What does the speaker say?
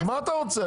אז מה אתה רוצה?